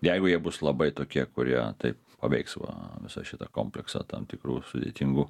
jeigu jie bus labai tokie kurie taip paveiks va visą šitą kompleksą tam tikrų sudėtingų